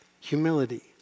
Humility